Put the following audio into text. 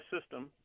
system